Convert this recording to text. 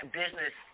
business